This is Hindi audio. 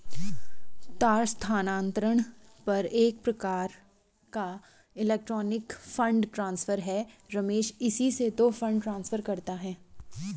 तार स्थानांतरण एक प्रकार का इलेक्ट्रोनिक फण्ड ट्रांसफर है रमेश इसी से तो फंड ट्रांसफर करता है